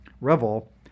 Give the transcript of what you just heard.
Revel